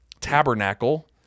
tabernacle